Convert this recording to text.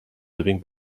living